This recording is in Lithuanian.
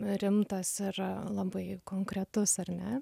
rimtas ir labai konkretus ar ne